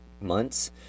months